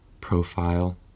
profile